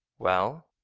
well?